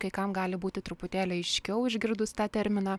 kai kam gali būti truputėlį aiškiau išgirdus tą terminą